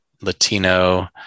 latino